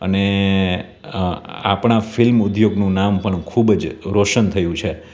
અને આપણાં ફિલ્મ ઉદ્યોગનું નામ પણ ખૂબ જ રોશન થયું છે